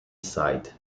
side